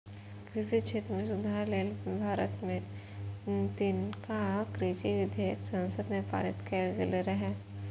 कृषि क्षेत्र मे सुधार लेल भारत मे तीनटा कृषि विधेयक संसद मे पारित कैल गेल रहै